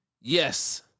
yes